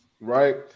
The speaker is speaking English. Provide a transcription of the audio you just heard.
right